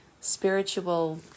spiritual